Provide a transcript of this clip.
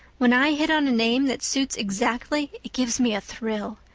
when i hit on a name that suits exactly it gives me a thrill.